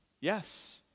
Yes